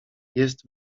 jest